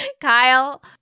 Kyle